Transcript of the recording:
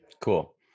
Cool